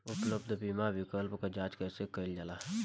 उपलब्ध बीमा विकल्प क जांच कैसे कइल जाला?